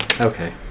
Okay